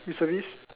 reservist